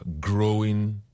growing